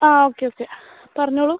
ആ okay okay പറഞ്ഞോളൂ